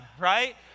right